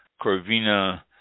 Corvina